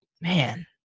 man